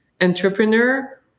entrepreneur